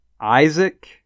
Isaac